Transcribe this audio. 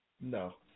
no